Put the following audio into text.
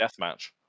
deathmatch